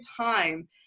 time